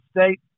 State